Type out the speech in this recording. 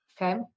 Okay